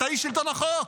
אתה איש שלטון החוק.